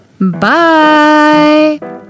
Bye